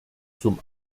zum